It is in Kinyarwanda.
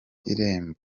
irimo